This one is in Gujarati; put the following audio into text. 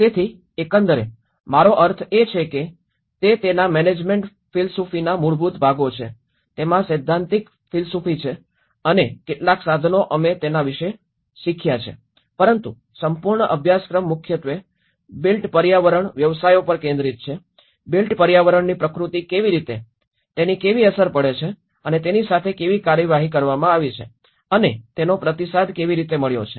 તેથી એકંદરે મારો અર્થ એ છે કે તે તેના મેનેજમેન્ટ ફિલસૂફીના મૂળભૂત ભાગો છે તેના સૈદ્ધાંતિક ફિલસૂફી છે અને કેટલાક સાધનો અમે તેના વિશે શીખ્યા છે પરંતુ સંપૂર્ણ અભ્યાસક્રમ મુખ્યત્વે બિલ્ટ પર્યાવરણ વ્યવસાયો પર કેન્દ્રિત છે બિલ્ટ પર્યાવરણની પ્રકૃતિ કેવી રીતે તેની કેવી અસર પડે છે અને તેની સાથે કેવી કાર્યવાહી કરવામાં આવી છે અને તેનો પ્રતિસાદ કેવી રીતે મળ્યો છે